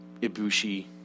Ibushi